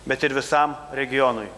bet ir visam regionui